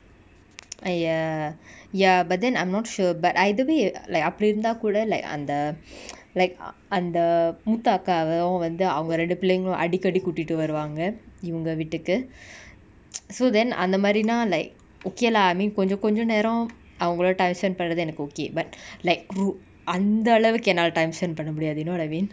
ya ya but then I'm not sure but either way like அப்டி இருந்தாகூட:apdi irunthakooda like அந்த:antha like அந்த மூத்த அக்காவவு வந்து அவங்க ரெண்டு பிள்ளைங்களு அடிக்கடி கூட்டிட்டு வருவாங்க இவங்க வீட்டுக்கு:antha mootha akkavavu vanthu avanga rendu pillaingalu adikadi kootitu varuvanga ivanga veetuku so then அந்தமாரினா:anthamarina like okay lah I mean கொஞ்ச கொஞ்ச நேரோ அவங்களோட:konja konja nero avangaloda time spent பன்றது எனக்கு:panrathu enaku okay but like roo~ அந்த அளவுக்கு என்னால:antha alavuku ennala time spent பன்ன முடியாது:panna mudiyathu you know lah I mean